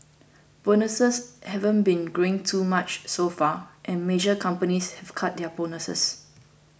bonuses haven't been growing too much so far and major companies have cut their bonuses